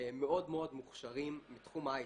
מאוד מאוד מוכשרים מתחום ההייטק.